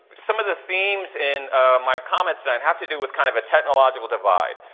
some of the themes in my comments tonight have to do with kind of a technological divide,